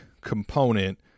component